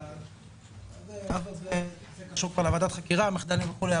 זה קשור כבר לוועדת חקירה, המחדל וכולי.